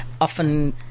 often